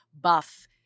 buff